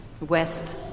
west